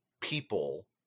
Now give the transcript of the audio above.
people